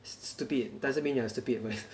stupid doesn't mean you are stupid